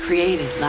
Created